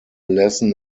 lesson